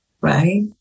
right